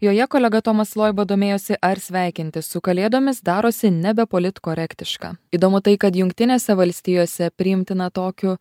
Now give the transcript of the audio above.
joje kolega tomas loiba domėjosi ar sveikinti su kalėdomis darosi nebe politkorektiška įdomu tai kad jungtinėse valstijose priimtina tokiu